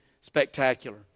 spectacular